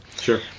Sure